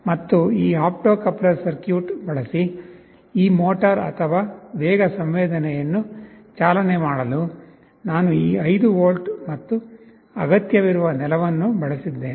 ಮತ್ತು ಈ optocoupler circuit ಬಳಸಿ ಈ ಮೋಟಾರ್ ಅಥವಾ ವೇಗ ಸಂವೇದನೆಯನ್ನು ಚಾಲನೆ ಮಾಡಲು ನಾನು ಈ 5 ವೋಲ್ಟ್ ಮತ್ತು ಅಗತ್ಯವಿರುವ ನೆಲವನ್ನು ಬಳಸುತ್ತಿದ್ದೇನೆ